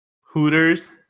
Hooters